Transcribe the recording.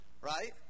right